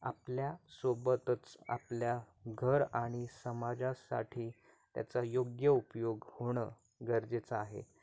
आपल्या सोबतच आपल्या घर आणि समाजासाठी त्याचा योग्य उपयोग होणं गरजेचं आहे